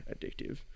addictive